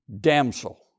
damsel